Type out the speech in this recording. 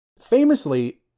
Famously